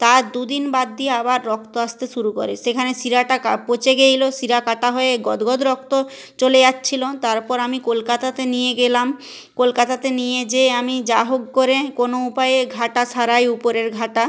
তার দুদিন বাদ দিয়ে আবার রক্ত আসতে শুরু করে সেখানে শিরাটা কা পচে গেছিলো শিরা কাটা হয়ে গদগদ রক্ত চলে যাচ্ছিলো তারপর আমি কলকাতাতে নিয়ে গেলাম কলকাতাতে নিয়ে যেয়ে আমি যা হোক করে কোনো উপায়ে ঘাটা সারাই উপরের ঘাটা